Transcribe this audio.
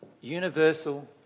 universal